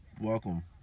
welcome